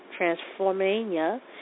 Transformania